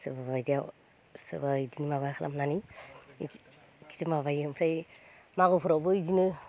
सोरबाबायदिया सोरबाबायदिनि इदिनो माबा खालामनानै एसे माबायो ओमफ्राय मागोफोरावबो इदिनो